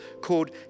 called